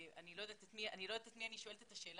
אני בעצם לא יודעת את מי אני שואלת את השאלה,